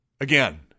again